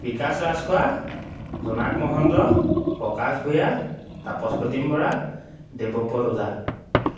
বিকাশ ৰাজখোৱা জনাক মহন্ত প্ৰকাশ ভূঞা তাপস প্ৰতীম বৰা দেৱপদ ওজা